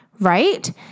right